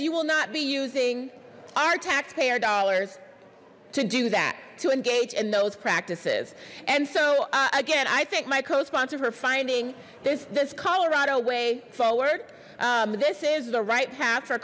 you will not be using our taxpayer dollars to do that to engage in those practices and so again i think my co sponsor for finding this this colorado way forward this is the right path for